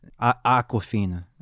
Aquafina